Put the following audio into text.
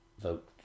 vote